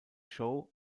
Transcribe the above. show